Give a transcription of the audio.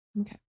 Okay